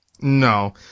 no